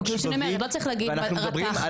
זה בדיוק מה